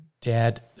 dad